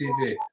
TV